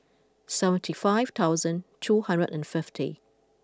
seventy five thousand two hundred and fifty